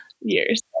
years